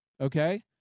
Okay